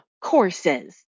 courses